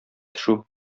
төшү